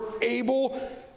able